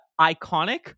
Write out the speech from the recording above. iconic